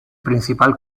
principal